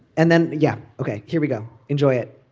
and then yeah ok here we go enjoy it.